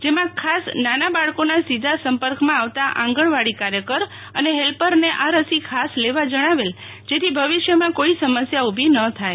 જેમાં ખાસ આંગણવાડી કેન્દ્ર નાના બાળકોના સીધા સંપર્કમાં આવતા આંગણવાડી કાર્યકર ને ફેલ્પર આ રસી ખાસ લેવા જણાવેલ જેથી ભવિષ્યમાં કોઈ સમસ્યા ઉભી ન થાય